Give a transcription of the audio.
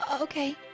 okay